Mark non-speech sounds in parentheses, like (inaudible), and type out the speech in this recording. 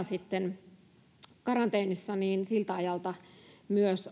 (unintelligible) sitten karanteenissa ja siltä ajalta myös